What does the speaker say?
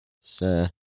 Sir